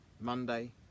Monday